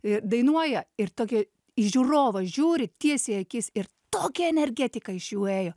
i dainuoja ir tokie žiūrovą žiūri tiesiai į akis ir tokia energetika iš jų ėjo